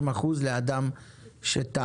אמנם שמענו שמועות,